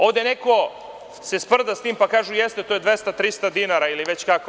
Ovde se neko sprda sa tim, pa kaže – jeste, to je 200, 300 dinara ili već kako.